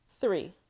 Three